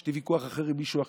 יש לי ויכוח עם מישהו אחר,